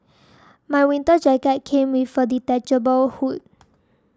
my winter jacket came with a detachable hood